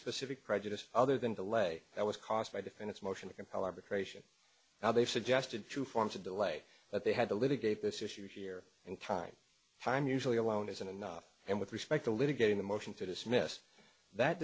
specific prejudice other than the lay that was caused by defend its motion to compel arbitration now they've suggested to form to delay but they had to litigate this issue here and time time usually alone isn't enough and with respect to litigating the motion to dismiss that